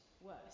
worse